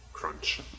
Crunch